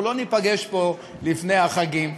אנחנו לא ניפגש פה לפני החגים,